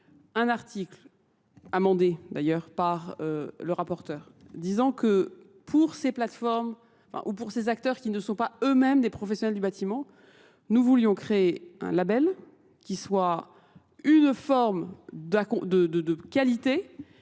un article amendé d'ailleurs par le rapporteur, disant que pour ces acteurs qui ne sont pas eux-mêmes des professionnels du bâtiment, nous voulions créer un label qui soit une forme de qualité